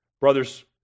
Brothers